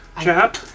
chap